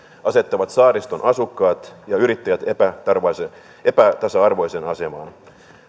asettavat saariston asukkaat ja yrittäjät epätasa arvoiseen epätasa arvoiseen asemaan